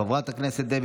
חבר הכנסת יוסף עטאונה,